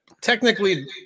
technically